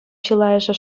чылайӑшӗ